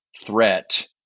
threat